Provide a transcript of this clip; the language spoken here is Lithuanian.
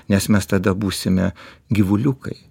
nes mes tada būsime gyvuliukai